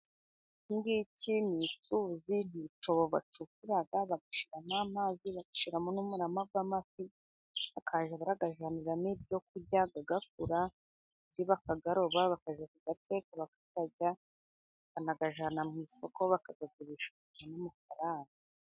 ikingiki ni icyuzi, ni icyobo bacukura bagashyiiramo amazi, bagashyiramo n'umurama w' amafi, bakajya bayajyaniramo ibyo kurya agakura, andi bakayaroba bakajya kuyateka bakajyarya. Banayajyana mu isoko bakayagurisha bakabona amafaranga.